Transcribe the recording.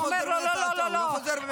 לא לא לא --- אבל הוא לא חוזר בו מהצעתו.